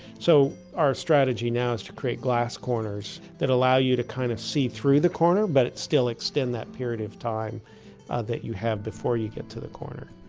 so our strategy now is to create glass corners that allow you to kind of see through the corner but still extend that period of time ah that you have before you get to the corner